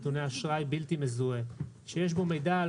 נתוני אשראי בלתי מזוהה שיש בו מידע על